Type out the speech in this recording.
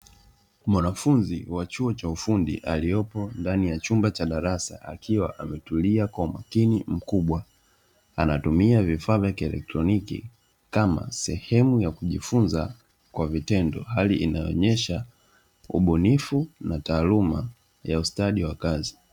Mwanafunzi wa chuo cha ufundi aliyepo ndani ya chumba cha darasa, akiwa ametulia kwa makini mkubwa. Anatumia vifaa vya kielektroniki kama sehemu ya kujifunza kwa vitendo; hali inayoonyesha ubunifu na taaluma ya ustadi wa kazi.